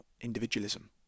individualism